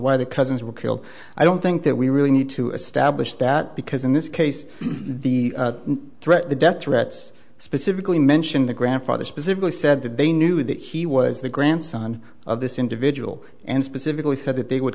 why the cousins were killed i don't think that we really need to establish that because in this case the threat the death threats specifically mention the grandfather specifically said that they knew that he was the grandson of this individual and specifically said that they would